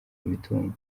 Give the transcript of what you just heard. imitungo